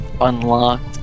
unlocked